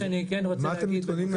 מה אתם מתכוונים לעשות?